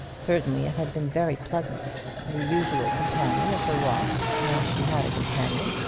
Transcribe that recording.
certainly it had been very pleasant. the usual companion of her walks, when she had a companion,